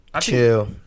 chill